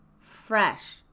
fresh